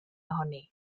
ohoni